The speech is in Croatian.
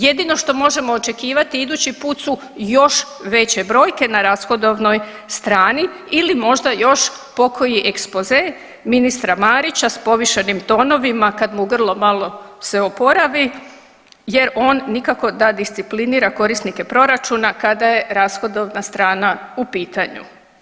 Jedino što možemo očekivati idući put su još veće brojke na rashodovnoj strani ili možda još pokoji ekspoze ministra Marića s povišenim tonovima kad mu grlo malo se oporavi jer on nikako da disciplinira korisnike proračuna kada je rashodovna strana u pitanju.